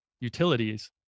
utilities